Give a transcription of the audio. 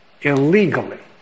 illegally